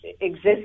exists